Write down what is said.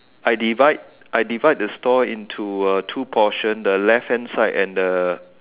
I divide I divide the store into two portion the left hand side and the